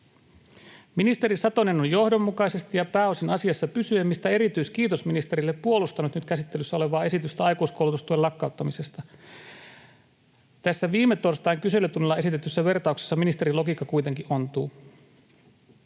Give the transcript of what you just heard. Ministeri Satonen on johdonmukaisesti ja pääosin asiassa pysyen, mistä erityiskiitos ministerille, puolustanut nyt käsittelyssä olevaa esitystä aikuiskoulutustuen lakkauttamisesta. Tässä viime torstain kyselytunnilla esitetyssä vertauksessa ministerin logiikka kuitenkin ontuu.